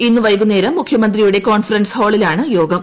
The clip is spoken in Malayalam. ഇന്നു വൈകുന്നേരം മുഖ്യമന്ത്രിയുടെ കോൺഫറൻസ് ഹാളിലാണ് യോഗം